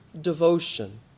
Devotion